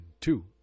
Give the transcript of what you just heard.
two